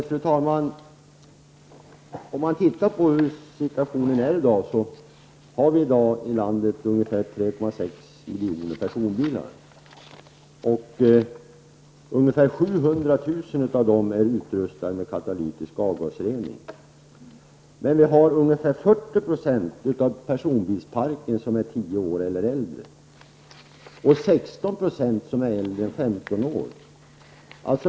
Fru talman! Om man ser på hur situationen är i dag kan man konstatera att vi i dag har ungefär 3,6 miljoner personbilar i landet. Ungefär 700 000 av dem är utrustade med katalytisk avgasrening. Ungefär 40 % av personbilsparken är tio år eller äldre. 16 % är äldre än 15 år.